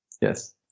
Yes